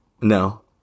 No